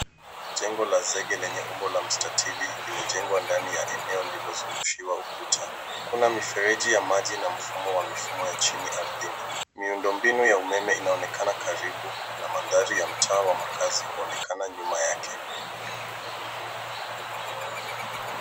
Jengo la zege lenye umbo la mstatili limejengwa ndani ya eneo lililozungushiwa ukuta. Kuna mifereji ya maji mfumo wa mifumo ya chini ardhini. Miundombinu ya umeme inaonekana karibu na mandhari ya mtaa wa makazi kuonekana nyuma yake.